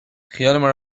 خیالمون